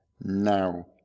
Now